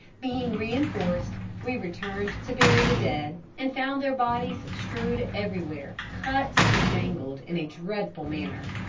being reinforced we returned to bury the dead, and found their bodies strewed everywhere, cut and mangled in a dreadful manner.